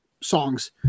songs